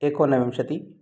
एकोनविंशतिः